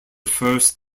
first